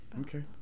Okay